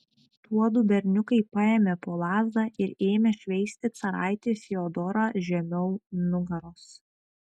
tuodu berniukai paėmė po lazdą ir ėmė šveisti caraitį fiodorą žemiau nugaros